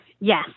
Yes